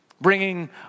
Bringing